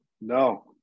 No